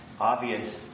obvious